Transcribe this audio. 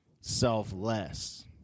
selfless